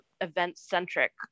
event-centric